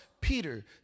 Peter